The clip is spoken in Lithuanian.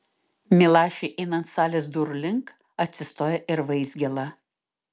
milašiui einant salės durų link atsistoja ir vaizgėla